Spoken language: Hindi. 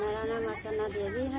मेरा नाम अर्चना देवी है